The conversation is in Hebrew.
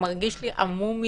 מרגיש לי עמום מידי,